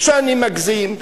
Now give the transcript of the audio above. שאני מגזים,